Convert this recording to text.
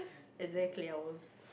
exactly I was